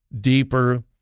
deeper